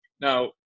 Now